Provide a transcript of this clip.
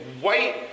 white